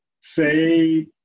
say